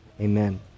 Amen